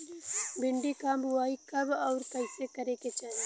भिंडी क बुआई कब अउर कइसे करे के चाही?